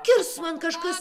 kirs man kažkas